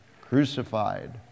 crucified